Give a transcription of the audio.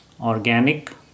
organic